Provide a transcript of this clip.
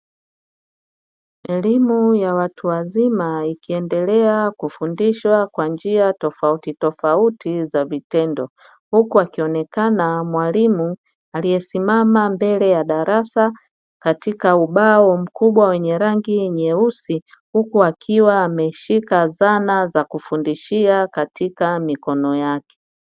Elimu ya watu wazima ikiendelea kufundishwa kwa njia tofautitofauti za vitendo, huku akionekana mwalimu aliyesimama mbele ya darasa katika ubao mkubwa wenye rangi nyeusi, huku akiwa ameshika zana za kufundishia katika mikono yake.